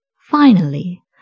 Finally